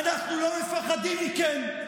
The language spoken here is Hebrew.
אנחנו לא מפחדים מכם,